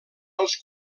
els